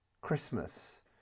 Christmas